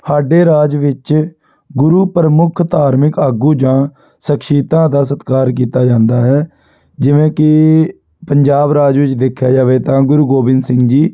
ਸਾਡੇ ਰਾਜ ਵਿੱਚ ਗੁਰੂ ਪ੍ਰਮੁੱਖ ਧਾਰਮਿਕ ਆਗੂ ਜਾਂ ਸਖਸ਼ੀਅਤਾਂ ਦਾ ਸਤਿਕਾਰ ਕੀਤਾ ਜਾਂਦਾ ਹੈ ਜਿਵੇਂ ਕਿ ਪੰਜਾਬ ਰਾਜ ਵਿੱਚ ਦੇਖਿਆ ਜਾਵੇ ਤਾਂ ਗੁਰੂ ਗੋਬਿੰਦ ਸਿੰਘ ਜੀ